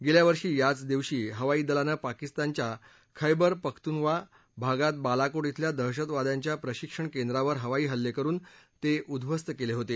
गेल्या वर्षी याच दिवशी हवाई दलानं पाकिस्तानच्या खैबर पख्तुन्वा भागात बालाकोट इथल्या दहशतवाद्यांच्या प्रशिक्षण केंद्रांवर हवाई हल्ले करुन ते उद्ध्वस्त केले होते